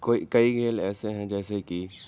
کوئی کئی کھیل ایسے ہیں جیسے کہ